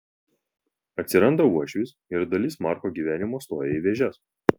atsiranda uošvis ir dalis marko gyvenimo stoja į vėžes